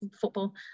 football